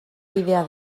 bidea